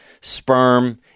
sperm